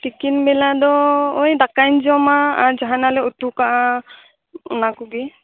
ᱛᱤᱠᱤᱱ ᱵᱮᱞᱟ ᱫᱚ ᱳᱭ ᱫᱟᱠᱟᱧ ᱡᱚᱢᱟ ᱟᱨ ᱡᱟᱦᱟᱸᱱᱟᱜ ᱞᱮ ᱩᱛᱩ ᱠᱟᱜᱼᱟ ᱚᱱᱟ ᱠᱚᱜᱮ